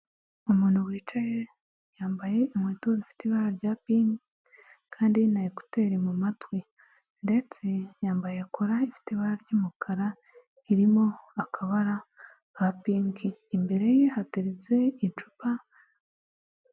Umuntu wicaye, yambaye inkweto zifite ibara rya pinki, kandi na ekuteri mu matwi. Ndetse yambaye kora ifite ibara ry'umukara, irimo akabara ka pinki. Imbere ye hateretse icupa.